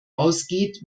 ausgeht